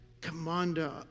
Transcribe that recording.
commander